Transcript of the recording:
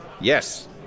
Yes